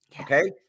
Okay